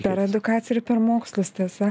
per edukaciją ir per mokslus tiesa